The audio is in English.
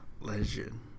legend